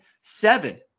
seven